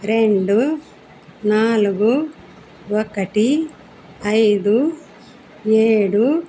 రెండు నాలుగు ఒకటి ఐదు ఏడు